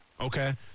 Okay